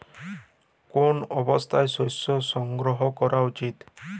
কোন অবস্থায় শস্য সংগ্রহ করা উচিৎ?